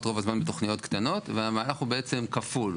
רוב הזמן בתוכניות קטנות והמהלך הוא בעצם כפול.